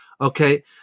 okay